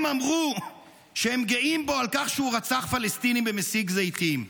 הם אמרו שהם גאים בו על כך שהוא רצח פלסטינים במסיק זיתים.